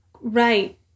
Right